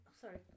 sorry